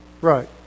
right